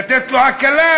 לתת לו הקלה,